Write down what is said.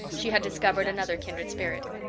she had discovered another kindred spirit.